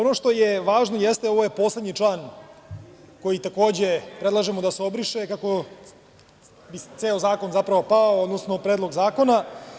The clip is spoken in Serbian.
Ono što je važno jeste, ovo je poslednji član koji takođe predlažemo da se obriše kako bi ceo zakon zapravo pao, odnosno Predlog zakona.